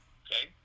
okay